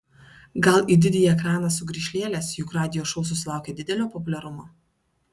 gal į didįjį ekraną sugrįš lėlės juk radio šou susilaukė didelio populiarumo